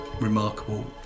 remarkable